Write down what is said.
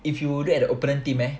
if you look at the oppunent team eh